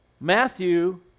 Matthew